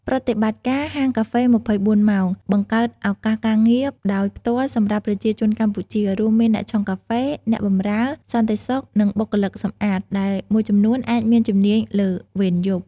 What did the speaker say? ប្រតិបត្តិការហាងកាហ្វេ ២៤ ម៉ោង បង្កើត ឱកាសការងារ ដោយផ្ទាល់សម្រាប់ប្រជាជនកម្ពុជា រួមមាន អ្នកឆុងកាហ្វេ អ្នកបម្រើ សន្តិសុខ និងបុគ្គលិកសម្អាត ដែលមួយចំនួនអាចមានជំនាញលើវេនយប់។